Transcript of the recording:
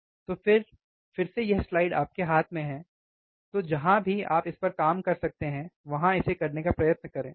तो फिर से यह स्लाइड आपके साथ है तो जहाँ भी आप इस पर काम कर सकते हैं वहाँ इसे करने का प्रयत्न करें ठीक